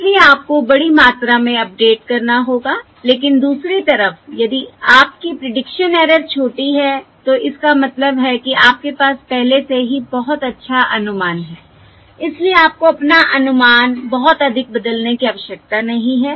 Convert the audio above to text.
इसलिए आपको बड़ी मात्रा में अपडेट करना होगा लेकिन दूसरी तरफ यदि आपकी प्रीडिक्शन एरर छोटी है तो इसका मतलब है कि आपके पास पहले से ही बहुत अच्छा अनुमान है इसलिए आपको अपना अनुमान बहुत अधिक बदलने की आवश्यकता नहीं है